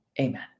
Amen